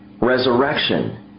resurrection